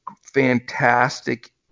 fantastic